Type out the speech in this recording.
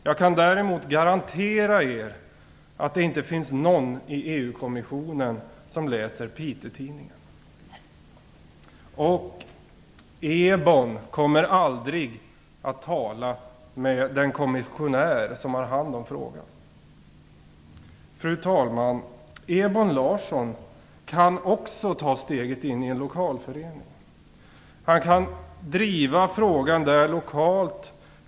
Jag kan däremot garantera er att det inte finns någon i EU-kommissionen som läser Piteå Tidningen. Ebon Larsson kommer aldrig att tala med den kommissionär som har hand om frågan. Ebon Larsson kan också ta steget in i en lokalförening. Han kan driva frågan där lokalt.